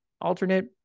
alternate